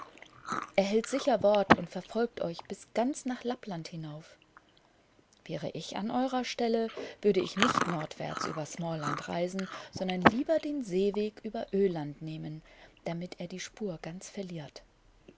er hält sicher wort und verfolgt euch bis ganz nach lappland hinauf wäre ich an eurer stelle würde ich nicht nordwärts über smaaland reisen sondern lieber den seeweg über öland nehmen damit er die spur ganz verliert